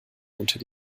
unter